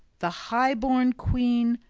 the high-born queen,